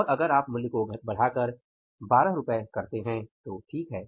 और अगर आप मूल्य को बढाकर 12 रु करते हैं तो ठीक है